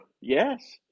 Yes